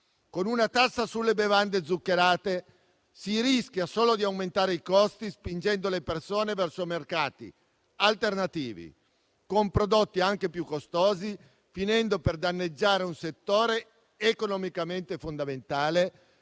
Con una tassa sulle bevande zuccherate, si rischia solo di aumentare i costi, spingendo le persone verso mercati alternativi con prodotti anche più costosi, finendo per danneggiare un settore economicamente fondamentale,